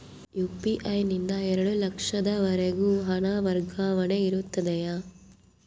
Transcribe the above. UPI ನಿಂದ ಎರಡು ಲಕ್ಷದವರೆಗೂ ಹಣ ವರ್ಗಾವಣೆ ಇರುತ್ತದೆಯೇ?